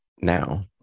now